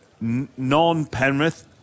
non-Penrith